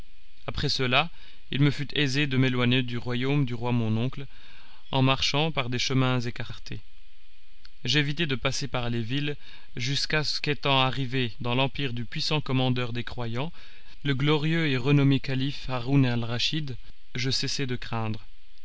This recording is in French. après cela il me fut aisé de m'éloigner du royaume du roi mon oncle en marchant par des chemins écartés j'évitai de passer par les villes jusqu'à ce qu'étant arrivé dans l'empire du puissant commandeur des croyants le glorieux et renommé calife haroun alraschid je cessai de craindre